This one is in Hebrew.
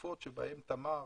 בתקופות שבהן לתמר